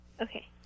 Okay